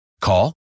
Call